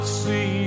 see